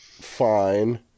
Fine